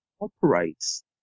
operates